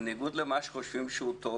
בניגוד למה שחושבים שהוא טוב,